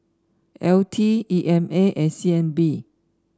L T E M A and C N B